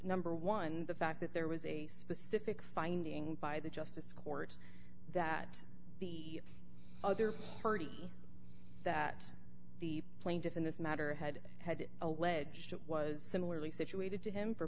number one the fact that there was a specific finding by the justice court that the other party that the plaintiff in this matter had had alleged that was similarly situated to him for